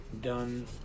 Done